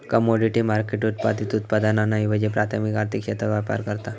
commodity market उत्पादित उत्पादनांऐवजी प्राथमिक आर्थिक क्षेत्रात व्यापार करता